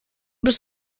bis